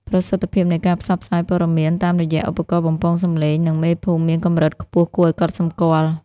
ប្រសិទ្ធភាពនៃការផ្សព្វផ្សាយព័ត៌មានតាមរយៈឧបករណ៍បំពងសំឡេង និងមេភូមិមានកម្រិតខ្ពស់គួរឱ្យកត់សម្គាល់។